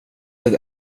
det